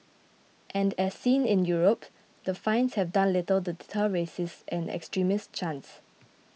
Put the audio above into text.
and as seen in Europe the fines have done little to deter racist and extremist chants